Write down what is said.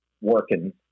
working